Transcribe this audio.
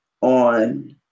on